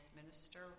minister